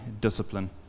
discipline